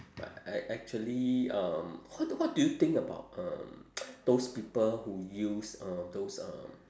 but I actually um what what do you think about um those people who use uh those uh